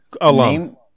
Alone